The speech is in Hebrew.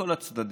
מכל הצדדים,